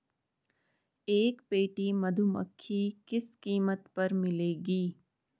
एक पेटी मधुमक्खी किस कीमत पर मिलेगी?